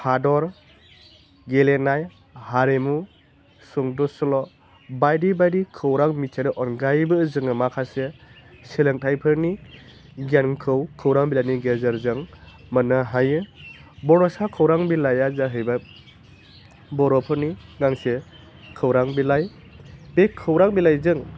हादर गेलेनाय हारिमु सुंद' सल' बायदि बायदि खौरां मिथिनायनि अनगायैबो जोङो माखासे सोलोंथाइफोरनि गियानखौ खौरां बिलाइनि गेजेरजों मोन्नो हायो बड'सा खौरां बिलाइया जाहैबाय बर'फोरनि गांसे खौरां बिलाइ बे खौरां बिलाइजों